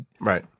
Right